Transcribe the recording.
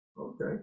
Okay